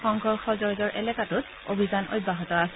সংঘৰ্ষজৰ্জৰ এলেকাটোত অভিযান অব্যাহত আছে